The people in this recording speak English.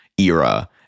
era